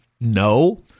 No